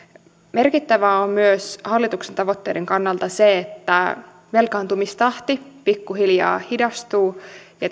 merkittävää on hallituksen tavoitteiden kannalta myös se että velkaantumistahti pikkuhiljaa hidastuu ja